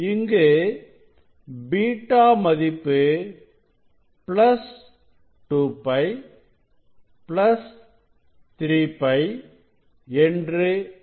இங்கு β மதிப்பு 2π 3π என்று இருக்கிறது